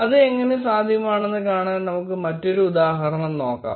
അത് എങ്ങനെ സാധ്യമാണെന്ന് കാണാൻ നമുക്ക് മറ്റൊരു ഉദാഹരണം നോക്കാം